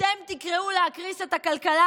אתם תקראו להקריס את הכלכלה.